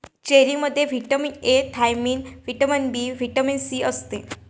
चेरीमध्ये vitamin A, thiamine, vitamin B, vitamin C असते